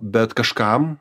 bet kažkam